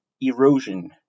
erosion